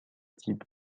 type